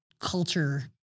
culture